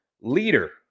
leader